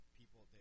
people